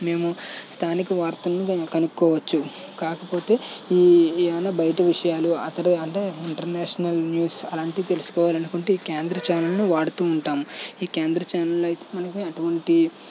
మేము స్థానిక వార్తలను క కనుక్కోవచ్చు కాకపోతే ఈ ఏమైనా బయట విషయాలు ఆ తరు అంటే ఇంటర్నేషనల్ న్యూస్ అలాంటివి తెలుసుకోవాలి అనుకుంటే ఈ కేంద్ర ఛానెళ్ళను వాడుతూ ఉంటాము ఈ కేంద్ర ఛానెళ్ళలో అయితే మనకి అటువంటి